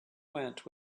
went